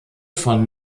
von